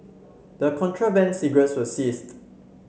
the contraband cigarettes were seized